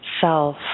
self